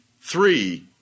three